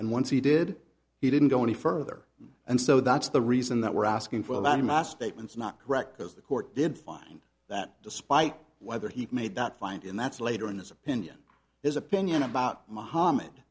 and once he did he didn't go any further and so that's the reason that we're asking for a lot of my statements not correct because the court did find that despite whether he made that find in that's later in his opinion his opinion about muhamm